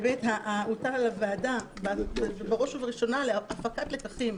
הוטל על הוועדה בראש ובראשונה הפקת לקחים